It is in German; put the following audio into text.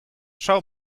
schau